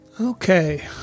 Okay